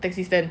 taxi stand